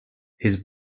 his